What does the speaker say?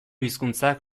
hizkuntzak